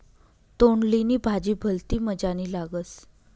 तोंडली नी भाजी भलती मजानी लागस